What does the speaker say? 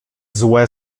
złe